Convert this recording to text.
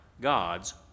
God's